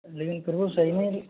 लेकिन फिर वो सही नहीं